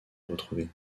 retrouvée